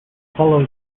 follow